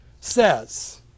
says